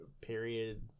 period